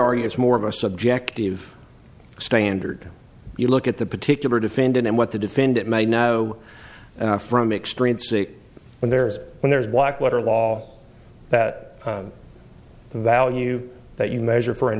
argue it's more of a subjective standard you look at the particular defendant and what the defendant may know from experience sick and there is when there is black letter law that the value that you measure for